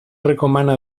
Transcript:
recomana